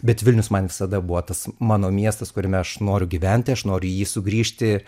bet vilnius man visada buvo tas mano miestas kuriame aš noriu gyventi aš noriu į jį sugrįžti